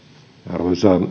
arvoisa